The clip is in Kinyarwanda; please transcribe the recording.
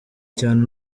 cyane